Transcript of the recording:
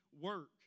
work